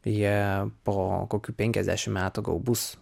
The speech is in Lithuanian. jie po kokių penkiasdešim metų gal bus